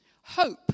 hope